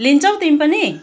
लिन्छौ तिमी पनि